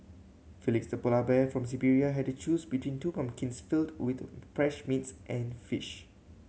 Felix the polar bear from Siberia had to choose between two pumpkins filled with fresh meats and fish